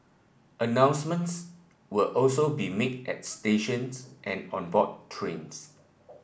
announcements will also be made at stations and on board trains